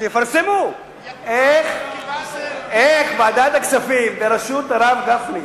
שיפרסמו איך ועדת הכספים, בראשות הרב גפני,